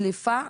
דליפה,